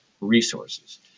resources